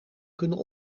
kunnen